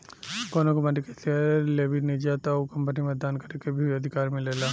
कौनो कंपनी के शेयर लेबेनिजा त ओ कंपनी में मतदान करे के भी अधिकार मिलेला